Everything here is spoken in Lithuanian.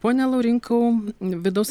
pone laurinkau vidaus